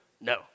no